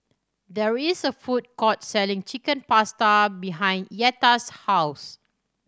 there is a food court selling Chicken Pasta behind Yetta's house